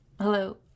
Hello